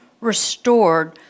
restored